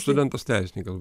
studentas teisininkas